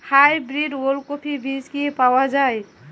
Hybrid ওলকফি বীজ কি পাওয়া য়ায়?